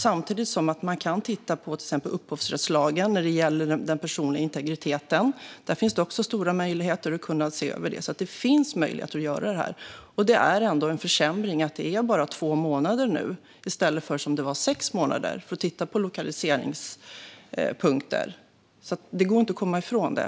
Samtidigt kan man titta på till exempel upphovsrättslagen när det gäller den personliga integriteten. Där finns det också stora möjligheter att kunna se över det. Det finns möjligheter att göra det. Det är ändå en försämring att det nu bara är två månader i stället för sex månader som det var tidigare för att titta lokaliseringspunkter. Det går inte att komma ifrån det.